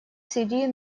сирии